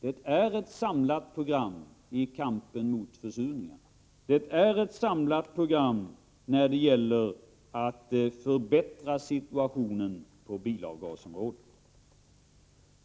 Det är ett samlat program i kampen mot försurningen, och det är ett samlat program för att förbättra situationen på bilavgasområdet.